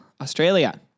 Australia